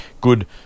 good